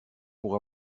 pour